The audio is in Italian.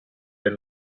nel